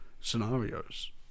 scenarios